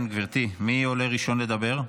כן, גברתי, מי עולה ראשון לדבר?